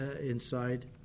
inside